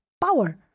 power